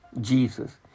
Jesus